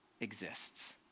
exists